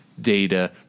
data